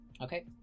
Okay